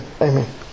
Amen